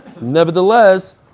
nevertheless